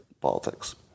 politics